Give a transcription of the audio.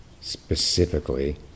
specifically